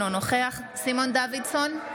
אינו נוכח סימון דוידסון,